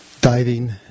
diving